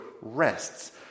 rests